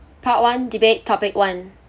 part one debate topic one